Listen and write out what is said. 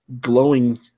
glowing